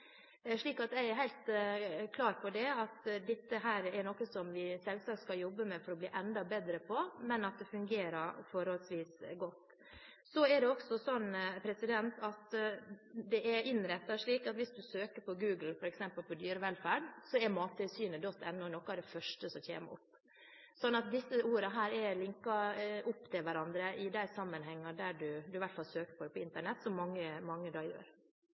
Jeg er helt klar på at dette er noe som vi selvsagt skal jobbe med for å bli enda bedre på, men at det fungerer forholdsvis godt. Det er innrettet slik at hvis en søker på f.eks. «dyrevelferd» på Google, er mattilsynet.no noe av det første som kommer opp. Disse ordene er i hvert fall linket til hverandre i de sammenhenger der en søker på det på Internett, som mange gjør. Igjen takk for nytt svar. Regjeringen er opptatt av – den har i hvert fall